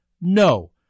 No